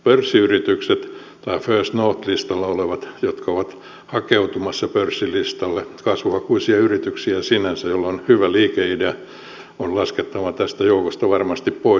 pörssiyritykset tai first north listalla olevat jotka ovat hakeutumassa pörssilistalle kasvuhakuisia yrityksiä sinänsä joilla on hyvä liikeidea on laskettava tästä joukosta varmasti pois